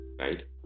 right